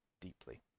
deeply